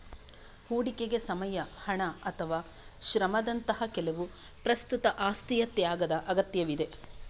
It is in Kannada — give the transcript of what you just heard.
ಹೂಡಿಕೆಗೆ ಸಮಯ, ಹಣ ಅಥವಾ ಶ್ರಮದಂತಹ ಕೆಲವು ಪ್ರಸ್ತುತ ಆಸ್ತಿಯ ತ್ಯಾಗದ ಅಗತ್ಯವಿದೆ